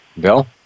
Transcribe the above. Bill